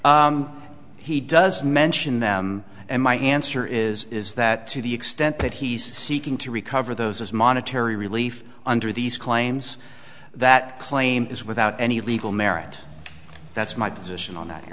he does mention them and my answer is is that to the extent that he's seeking to recover those monetary relief under these claims that claim is without any legal merit that's my position on